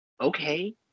okay